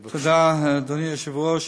תודה, אדוני היושב-ראש.